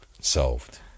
Solved